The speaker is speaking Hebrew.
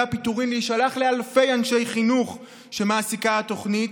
הפיטורים להישלח לאלפי אנשי חינוך שמעסיקה התוכנית.